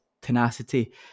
tenacity